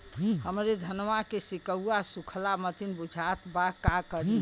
हमरे धनवा के सीक्कउआ सुखइला मतीन बुझात बा का करीं?